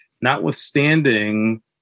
notwithstanding